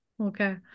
Okay